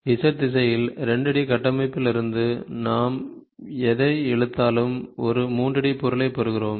Z திசையில் 2 D கட்டமைப்பிலிருந்து நாம் எதை இழுத்தாலும் ஒரு 3D பொருளைப் பெறுகிறோம்